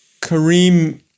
Kareem